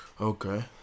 Okay